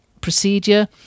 procedure